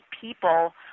people